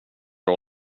dra